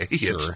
Sure